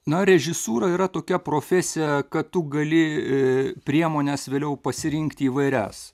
na režisūra yra tokia profesija kad tu gali priemones vėliau pasirinkti įvairias